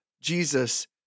Jesus